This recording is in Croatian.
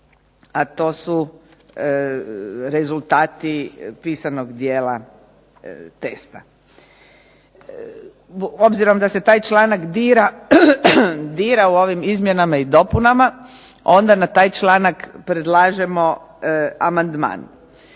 a to su rezultati pisanog dijela testa. Obzirom da se taj članak dira u ovim izmjenama i dopunama, onda na taj članak predlažemo amandman.